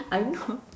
I don't know